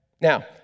Now